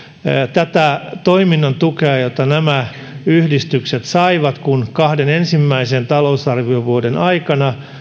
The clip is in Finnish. tätä toiminnan tukea jota nämä yhdistykset saivat kahden ensimmäisen talousarviovuoden aikana